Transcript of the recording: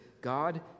God